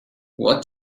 what